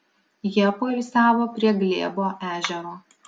jie poilsiavo prie glėbo ežero